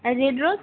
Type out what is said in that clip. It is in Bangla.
আর রেড রোজ